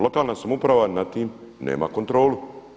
Lokalna samouprava nad tim nema kontrolu.